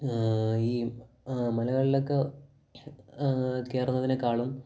ഈ മലകളിലൊക്കെ കയറുന്നതിനേക്കാളും